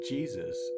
Jesus